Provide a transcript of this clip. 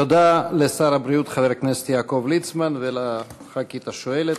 תודה לשר הבריאות חבר הכנסת יעקב ליצמן ולחברת הכנסת השואלת,